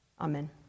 Amen